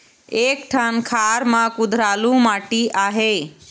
एक ठन खार म कुधरालू माटी आहे?